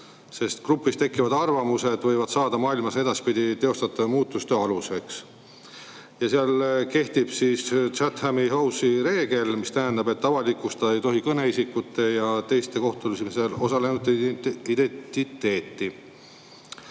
sest grupis tekkivad arvamused võivad saada maailmas edaspidi teostatavate muutuste aluseks. Seal kehtib Chatham House'i reegel, mis tähendab, et kõneisikute ja teiste kohtumisel osalenute identiteeti